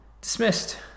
Dismissed